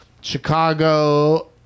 Chicago